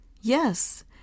Yes